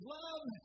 love